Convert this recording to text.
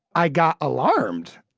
i got alarmed,